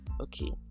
Okay